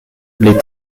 les